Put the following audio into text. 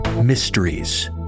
Mysteries